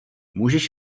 můžeš